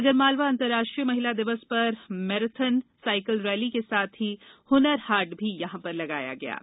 आगरमालवा अन्तर्राष्ट्रीय महिला दिवस पर मैराथन साईकिल रैली के साथ ही और हुनर हाट लगाया गया है